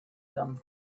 them